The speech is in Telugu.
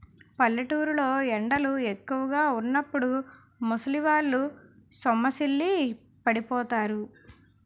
పల్లెటూరు లో ఎండలు ఎక్కువుగా వున్నప్పుడు ముసలివాళ్ళు సొమ్మసిల్లి పడిపోతారు